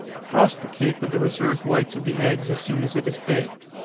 frost the cake with the reserved whites of the eggs as soon as it is baked.